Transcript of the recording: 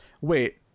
wait